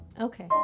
Okay